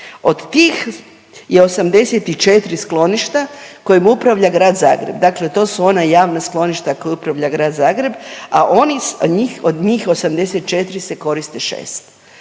od tih je 84 skloništa kojim upravlja grad Zagreb, dakle to su ona javna skloništa kojim upravlja grad Zagreb, a onih, od njih 84 se koriste 6.